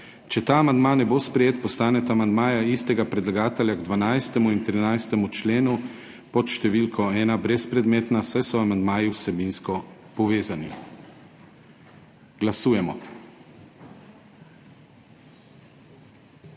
Če ta amandma ne bo sprejet, postaneta amandmaja istega predlagatelja k 12. in 13. členu pod številko 1 brezpredmetna, saj so amandmaji vsebinsko povezani. Glasujemo.